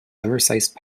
oversized